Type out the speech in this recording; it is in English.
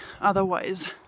otherwise